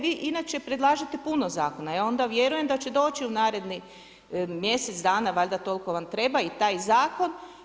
Vi inače predlažete puno zakona, ja onda vjerujem da će doći u narednih mjesec dana, valjda toliko vam treba i taj zakon.